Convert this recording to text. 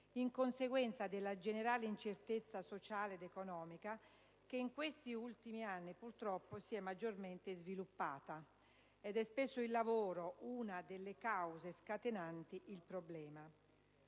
in conseguenza della generale incertezza sociale ed economica, che in questi ultimi anni purtroppo si è maggiormente sviluppata ed è spesso il lavoro una delle cause scatenanti il problema.